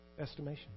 estimation